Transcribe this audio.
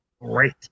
great